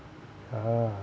uh